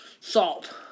Salt